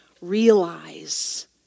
realize